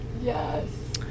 Yes